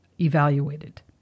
evaluated